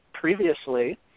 previously